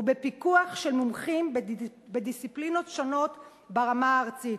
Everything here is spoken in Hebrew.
ובפיקוח של מומחים בדיסציפלינות שונות ברמה הארצית.